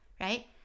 right